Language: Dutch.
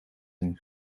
een